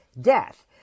death